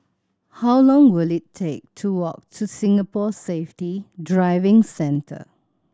how long will it take to walk to Singapore Safety Driving Centre